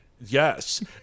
Yes